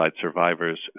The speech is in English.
survivors